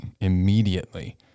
immediately